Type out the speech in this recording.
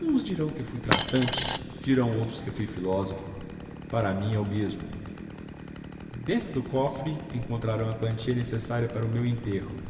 uns dirão que fui tratante dirão outros que fui filósofo para mim é o mesmo dentro do cofre encontrarão a quantia necessária para o meu enterro